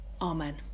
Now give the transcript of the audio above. Amen